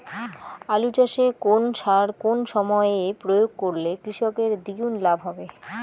আলু চাষে কোন সার কোন সময়ে প্রয়োগ করলে কৃষকের দ্বিগুণ লাভ হবে?